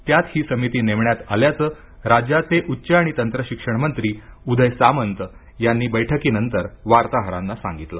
त्यात ही समिती नेमण्यात आल्याचं राज्याचे उच्च आणि तंत्र शिक्षण मंत्री उदय सामंत यांनी बैठकीनंतर वार्ताहरांशी बोलताना सांगितलं